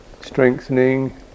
strengthening